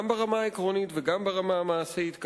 גם ברמה העקרונית וגם ברמה המעשית,